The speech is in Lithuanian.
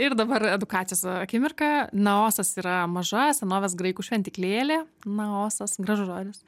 ir dabar edukacijos akimirka naosas yra maža senovės graikų šventyklėlė naosas gražus žodis